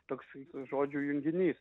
toksai žodžių junginys